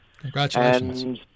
Congratulations